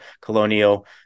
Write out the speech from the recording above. colonial